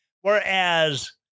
Whereas